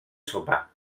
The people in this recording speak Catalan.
sopar